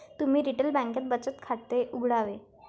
तुम्ही रिटेल बँकेत बचत खाते उघडावे